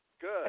Good